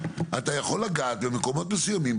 אתה יכול לגעת במקומות מסוימים,